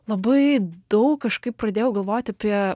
labai daug kažkaip pradėjau galvoti apie